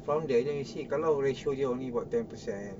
from there then you see kalau ratio dia only about ten percent